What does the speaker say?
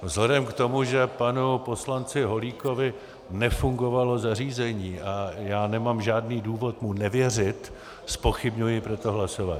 Vzhledem k tomu, že panu poslanci Holíkovi nefungovalo zařízení, a já nemám žádný důvod mu nevěřit, zpochybňuji proto hlasování.